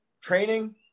training